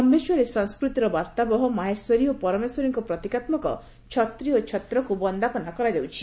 ସମ୍ଭେଶ୍ୱରୀ ସଂସ୍କୃତିର ବାର୍ଭାବହ ମାହେଶ୍ୱରୀ ଓ ପରମେଶ୍ୱରୀଙ୍କ ପ୍ରତୀକାତ୍କକ ଛତ୍ରି ଓ ଛତ୍ରକୁ ବନ୍ଦାପନା କରାଯାଇଛି